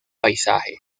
paisaje